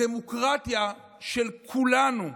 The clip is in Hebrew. הדמוקרטיה של כולנו,